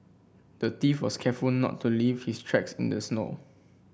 the thief was careful not to leave his tracks in the snow